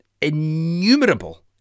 innumerable